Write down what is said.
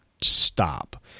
stop